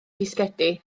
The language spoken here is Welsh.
bisgedi